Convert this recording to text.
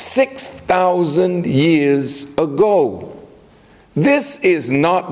six thousand years ago this is not